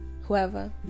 whoever